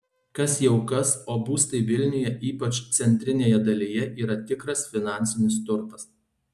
kas jau kas o būstai vilniuje ypač centrinėje dalyje yra tikras finansinis turtas